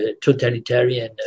totalitarian